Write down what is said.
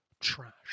trash